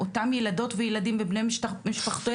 אותם ילדות וילדים ובני משפחותיהם,